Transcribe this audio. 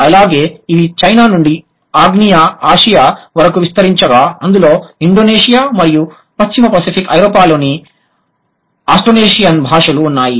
అలాగే ఇవి చైనా నుండి ఆగ్నేయ ఆసియా వరకు విస్తరించగా అందులో ఇండోనేషియా మరియు పశ్చిమ పసిఫిక్ ఐరోపాలోని ఆస్ట్రోనేషియన్ భాషలు ఉన్నాయి